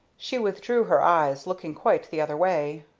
she withdrew her eyes, looking quite the other way.